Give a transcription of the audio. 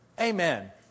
Amen